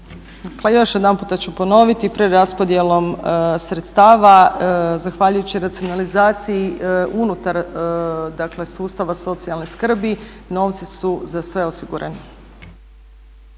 (SDP)** Još jedanputa ću ponoviti preraspodjelom sredstava zahvaljujući racionalizaciji unutar dakle sustava socijalne skrbi novci su za sve osigurani.